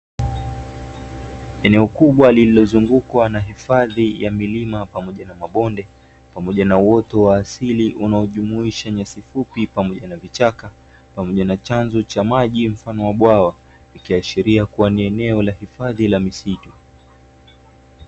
Eneo kubwa lililozungukwa na hifadhi ya milima pamoja na mabonde, pamoja na uoto wa asili unaojumuisha nyasi fupi pamoja na vichaka, pamoja na chanzo cha maji mfano wa bwawa, ikiashiria kuwa ni eneo la hifadhi la misitu.